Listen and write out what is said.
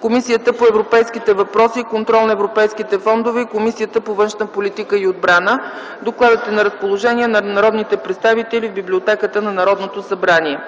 Комисията по европейските въпроси и контрол на европейските фондове и Комисията по външна политика и отбрана. Докладът е на разположение на народните представители в Библиотеката на Народното събрание.